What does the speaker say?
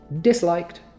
Disliked